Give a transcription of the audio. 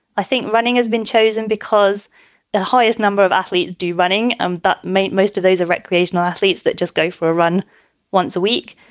i think running has been chosen because the highest number of athletes do running, um but mate. most of these are recreational athletes that just go for a run once a week.